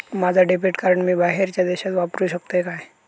माझा debit card मी बाहेरच्या देशात वापरू शकतय काय?